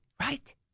right